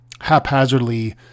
haphazardly